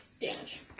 damage